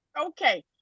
okay